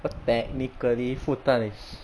technically 复旦 is